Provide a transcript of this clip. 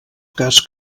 cas